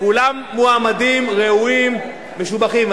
כולם מועמדים ראויים ומשובחים.